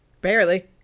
Barely